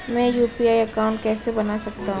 मैं UPI account कैसे बना सकता हूं?